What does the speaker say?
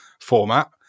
format